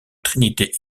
trinité